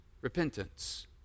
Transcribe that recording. repentance